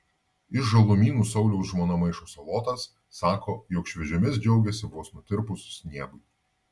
iš žalumynų sauliaus žmona maišo salotas sako jog šviežiomis džiaugiasi vos nutirpus sniegui